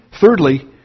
Thirdly